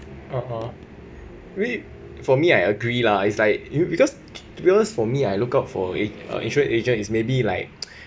(uh huh) rea~ for me I agree lah is like you because because for me I look out for in~ insurance agent is maybe like